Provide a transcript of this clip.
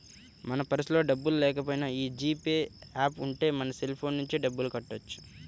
మన పర్సులో డబ్బుల్లేకపోయినా యీ జీ పే యాప్ ఉంటే మన సెల్ ఫోన్ నుంచే డబ్బులు కట్టొచ్చు